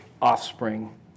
offspring